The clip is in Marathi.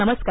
नमस्कार